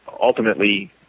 ultimately